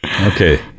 okay